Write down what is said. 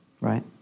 right